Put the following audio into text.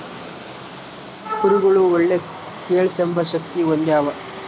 ಕುರಿಗುಳು ಒಳ್ಳೆ ಕೇಳ್ಸೆಂಬ ಶಕ್ತಿ ಹೊಂದ್ಯಾವ